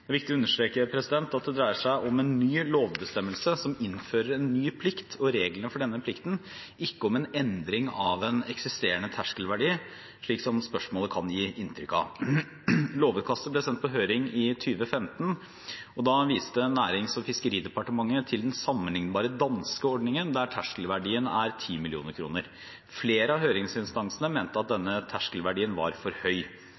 Det er viktig å understreke at det dreier seg om en ny lovbestemmelse som innfører en ny plikt, og reglene for denne plikten, ikke om en endring av en eksisterende terskelverdi, slik som spørsmålet kan gi inntrykk av. Da lovutkastet ble sendt på høring i 2015, viste Nærings- og fiskeridepartementet til den sammenlignbare danske ordningen der terskelverdien er 10 mill. kroner. Flere av høringsinstansene mente at denne terskelverdien var for høy.